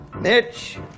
Mitch